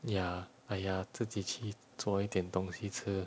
ya !aiya! 自己去做一点东西吃